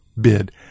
bid